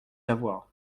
avoir